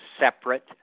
separate